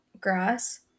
grass